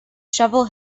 shovel